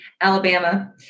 Alabama